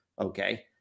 okay